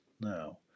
now